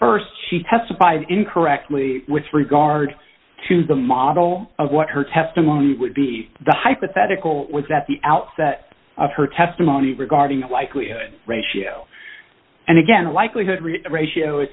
st she testified incorrectly with regard to the model of what her testimony would be the hypothetical was at the outset of her testimony regarding the likelihood ratio and again the likelihood ratio is